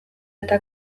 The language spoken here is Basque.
eta